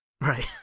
right